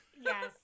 Yes